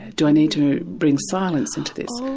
do i need to bring silence into this.